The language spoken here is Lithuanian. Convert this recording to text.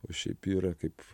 o šiaip yra kaip